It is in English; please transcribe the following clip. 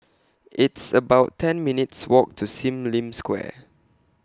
It's about ten minutes' Walk to SIM Lim Square